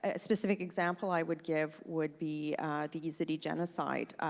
ah specific example i would give would be the yazidi genocide.